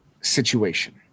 situation